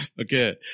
Okay